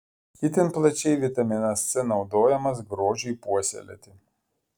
itin plačiai vitaminas c naudojamas grožiui puoselėti